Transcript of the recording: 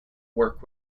work